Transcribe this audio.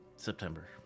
September